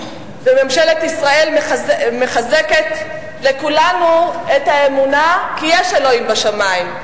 וממשלת ישראל מחזקת לכולנו את האמונה כי יש אלוהים בשמים,